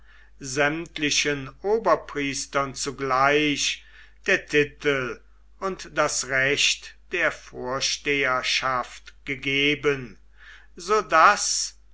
sämtlichen oberpriestern zugleich der titel und das recht der vorsteherschaft gegeben so daß